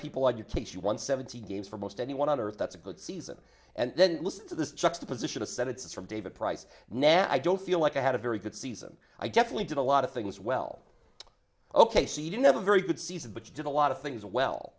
people like you kids you won seventy games for most anyone on earth that's a good season and then listen to this juxtaposition of said it's from david price now i don't feel like i had a very good season i definitely did a lot of things well ok she didn't have a very good season but you did a lot of things well